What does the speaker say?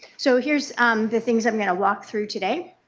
so here is the things i am going to walk through today,